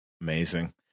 Amazing